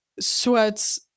sweats